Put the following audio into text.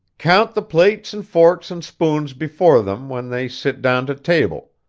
count the plates and forks and spoons before them when they sit down to table,